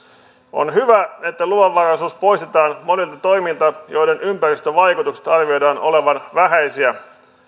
on hyvä että luvanvaraisuus poistetaan monilta toimilta joiden ympäristövaikutusten arvioidaan olevan vähäisiä